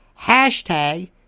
hashtag